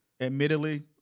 Admittedly